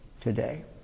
today